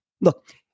Look